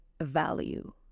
value